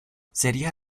sería